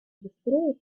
быстрее